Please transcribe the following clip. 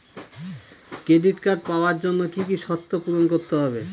Credit card পাওয়ার জন্য কি কি শর্ত পূরণ করতে হবে?